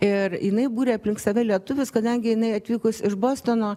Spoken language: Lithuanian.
ir jinai būrė aplink save lietuvius kadangi jinai atvykus iš bostono